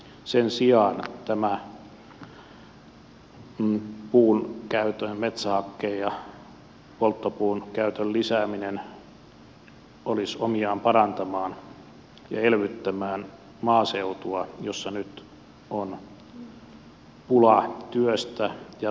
sen sijaan puunkäytön metsähakkeen ja polttopuun käytön lisääminen olisi omiaan parantamaan ja elvyttämään maaseutua missä nyt on pula työstä ja toimeentulosta